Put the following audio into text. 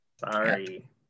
Sorry